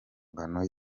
ngano